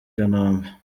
kanombe